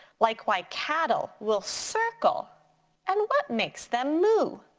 like why cattle will circle and what makes them moo.